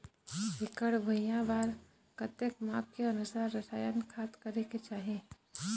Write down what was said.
एकड़ भुइयां बार कतेक माप के अनुसार रसायन खाद करें के चाही?